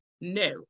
no